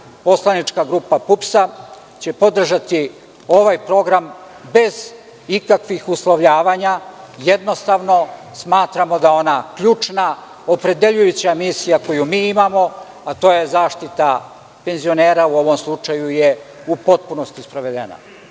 Poslanička grupa PUPS će podržati ovaj program bez ikakvih uslovljavanja, jednostavno smatramo da je ona ključna, opredeljujuća misija koju mi imamo, a to je zaštita penzionera u ovom slučaju je u potpunosti sprovedena. Što